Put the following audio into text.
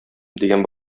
дигән